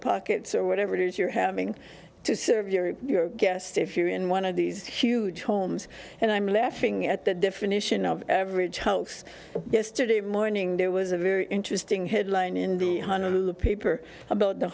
pockets or whatever it is you're having to serve your your guest if you're in one of these huge homes and i'm laughing at the different mission of average house yesterday morning there was a very interesting headline in the paper about the